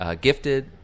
gifted